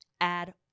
Add